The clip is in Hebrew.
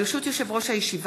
ברשות יושב-ראש הישיבה,